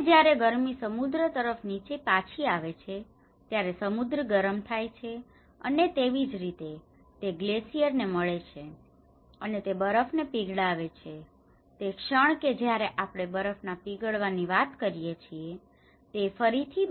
અને જયારે ગરમી સમુદ્ર તરફ નીચે પાછી આવે છે ત્યારે સમુદ્ર ગરમ થાય છે અને તેવીજ રીતે તે ગ્લેસિયર ને મળે છે અને તે બરફ ને પીગળાવે છે અને તે ક્ષણ કે જયારે આપણે બરફ ના પીગળવાની વાત કરીએ છીએ તે ફરીથી